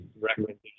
recommendation